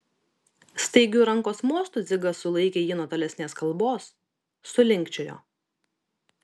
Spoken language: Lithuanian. staigiu rankos mostu dzigas sulaikė jį nuo tolesnės kalbos sulinkčiojo